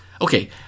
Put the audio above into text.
Okay